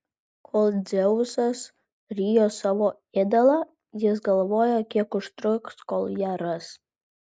kol dzeusas rijo savo ėdalą jis galvojo kiek užtruks kol ją ras